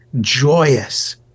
joyous